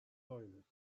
toilets